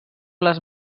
les